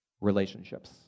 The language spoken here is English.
relationships